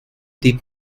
the